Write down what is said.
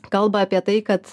kalba apie tai kad